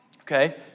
okay